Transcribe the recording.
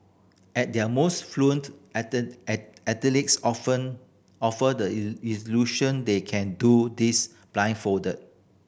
at their most fluent athletes often offer the illusion they can do this blindfolded